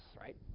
right